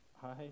Hi